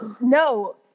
No